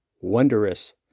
wondrous